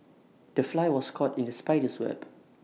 the fly was caught in the spider's web